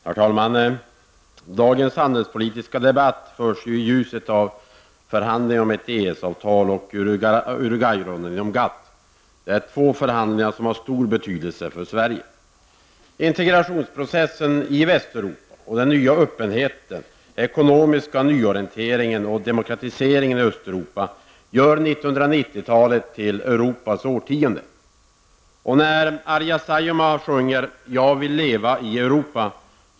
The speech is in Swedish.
Herr talman! Dagens handelspolitiska debatt förs i ljuset av förhandlingarna om ett EES-avtal och Uruguayrundan inom GATT. Två förhandlingar som har stor betydelse för Sverige. Integrationsprocessen i Västeuropa och den nya öppenheten, ekonomiska nyorienteringen och demokratiseringen i Östeuropa gör 1990-talet till Europas årtionde. Och när Arja Saijonmaa sjunger ''Jag vill leva i Europa!''